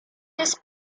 his